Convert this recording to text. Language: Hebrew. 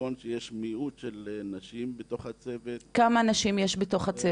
נכון שיש מיעוט של נשים בתוך הצוות --- כמה נשים יש בתוך הצוות?